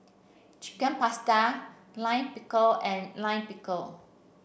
Chicken Pasta Lime Pickle and Lime Pickle